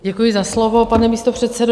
Děkuji za slovo, pane místopředsedo.